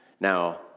Now